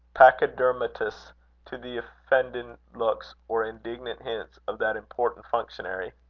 pachydermatous to the offended looks or indignant hints of that important functionary.